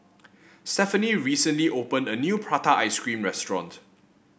Stephany recently opened a new Prata Ice Cream restaurant